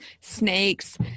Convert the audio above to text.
snakes